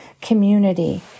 community